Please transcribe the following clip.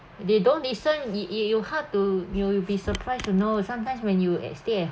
they don't listen you you hard to you will be surprised to know sometimes when you at stay at